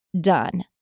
done